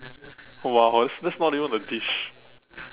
!wow! that's that's not even a dish